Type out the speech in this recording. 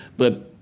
but